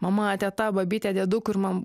mama teta babyte dieduku ir man